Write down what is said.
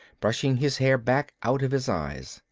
brushing his hair back out of his eyes.